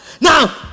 Now